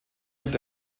lebt